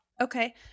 Okay